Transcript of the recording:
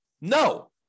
No